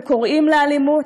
וקוראים לאלימות.